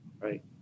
Right